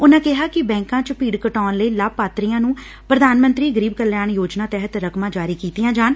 ਉਨਾਂ ਕਿਹਾ ਕਿ ਬੈਂਕਾਂ ਵਿਚ ਭੀਤ ਘਟਾਉਣ ਲਈ ਲਾਭਪਾਤਰੀਆਂ ਨੰ ਪ੍ਰਧਾਨ ਮੰਤਰੀ ਗਰੀਬ ਕਲਿਆਣ ਯੋਜਨਾ ਤਹਿਤ ਰਕਮਾ ਜਾਰੀ ਕੀਤੀਆਂ ਜਾਣ